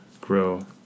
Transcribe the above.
grow